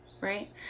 Right